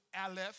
Aleph